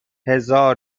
هزار